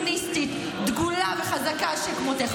אישה פמיניסטית דגולה וחזקה שכמותך,